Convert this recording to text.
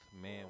man